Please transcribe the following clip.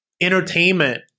entertainment